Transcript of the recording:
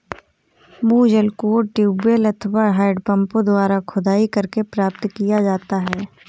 भूजल कुओं, ट्यूबवैल अथवा हैंडपम्पों द्वारा खुदाई करके प्राप्त किया जाता है